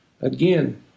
Again